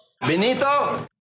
Benito